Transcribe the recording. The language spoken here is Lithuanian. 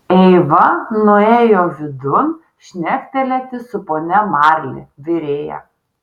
eiva nuėjo vidun šnektelėti su ponia marli virėja